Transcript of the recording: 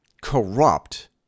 corrupt